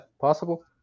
possible